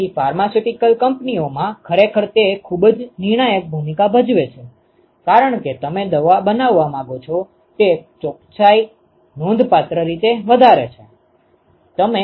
તેથી ફાર્માસ્યુટિકલ કંપનીઓમાં ખરેખર તે ખૂબ જ નિર્ણાયક ભૂમિકા ભજવે છે કારણ કે તમે દવા બનાવવા માંગો છો તે ચોકસાઇ નોંધપાત્ર રીતે વધારે છે